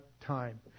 time